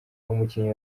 umukinyi